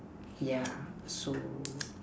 yeah so